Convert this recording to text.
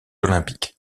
olympiques